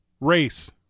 race